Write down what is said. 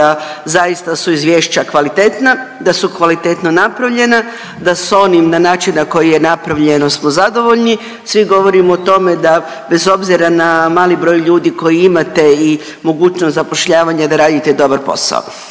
da zaista su izvješća kvalitetna, da su kvalitetno napravljena, da su oni na način na koji je napravljeno smo zadovoljni. Svi govorimo o tome da bez obzira na mali broj ljudi koji imate i mogućnost zapošljavanja da radite dobar posao.